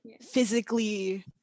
physically